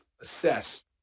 assess